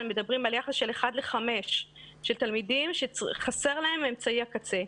מדברים על יחס של 1:5 של תלמידים שחסר להם אמצעי הקצה.